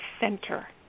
Center